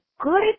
good